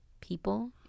people